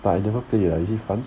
but I never play lah is it fun